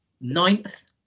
ninth